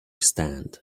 stand